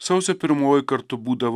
sausio pirmoji kartu būdavo